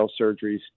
surgeries